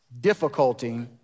difficulty